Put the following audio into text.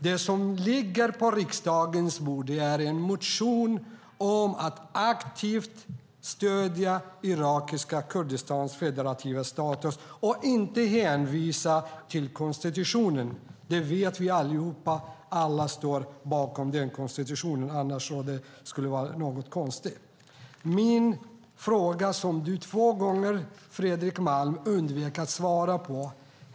Det som ligger på riksdagens bord är en motion om att aktivt stödja irakiska Kurdistans federativa status och inte hänvisa till konstitutionen. Det vet vi allihop; alla står bakom konstitutionen. Annars skulle det vara något konstigt. Jag ställde en fråga som du två gånger undvek att svara på, Fredrik Malm.